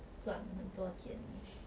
赚很多钱